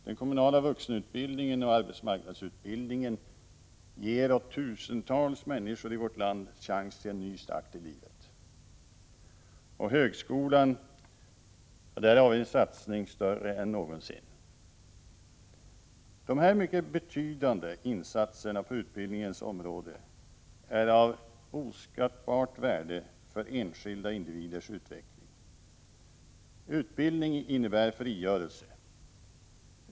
Den kommunala vuxenutbildningen och arbetsmarknadsutbildningen ger tusentals människor i vårt land chans till en ny start i livet. På högskolan gör vi en satsning som är större än någonsin. Dessa mycket betydande insatser på utbildningens område är av oskattbart värde för enskilda individers utveckling. Utbildning innebär frigörelse.